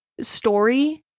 story